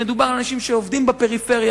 מדובר על אנשים שעובדים בפריפריה,